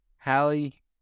Hallie